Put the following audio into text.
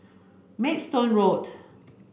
Maidstone Road